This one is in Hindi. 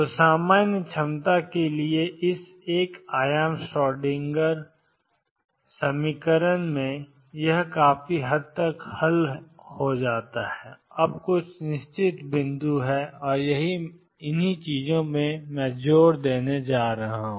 तो सामान्य क्षमता के लिए इस एक आयाम ी श्रोडिंगर समीकरण में यह काफी हद तक हल है अब कुछ निश्चित बिंदु हैं और यही मैं जोर देना चाहता हूं